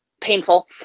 painful